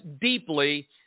deeply